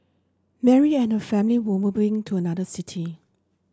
Mary and her family were moving to another city